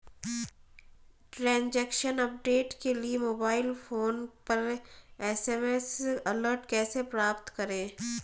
Transaction update के लिए mobile phone पर एस.एम.एस अलर्ट कैसे प्राप्त करें?